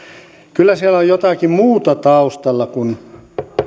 kyllä siellä on jotakin muuta taustalla kun